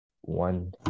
one